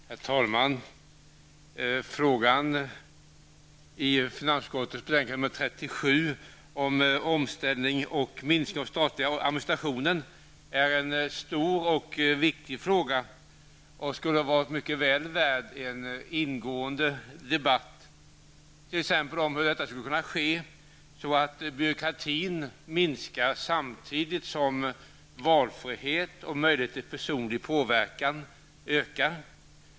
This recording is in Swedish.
Herr talman! Det som behandlas i finansutskottets betänkande 37 om omställning och minskning av den statliga administrationen är en stor och viktig fråga. Den skulle vara mycket väl värd en ingående debatt. Man skulle kunna diskutera t.ex. hur detta skulle kunna ske; hur byråkratin minskar samtidigt som valfrihet och möjlighet till personlig påverkan ökar.